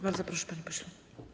Bardzo proszę, panie pośle.